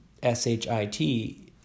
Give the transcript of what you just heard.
s-h-i-t